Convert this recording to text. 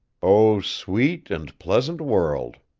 o sweet and pleasant world!